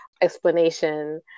explanation